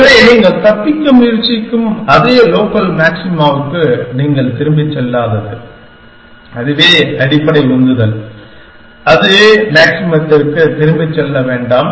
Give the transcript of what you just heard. எனவே நீங்கள் தப்பிக்க முயற்சிக்கும் அதே லோக்கல் மாக்சிமாவுக்கு நீங்கள் திரும்பிச் செல்லாதது அதுவே அடிப்படை உந்துதல் அதே மேக்ஸிமத்திற்குத் திரும்பிச் செல்ல வேண்டாம்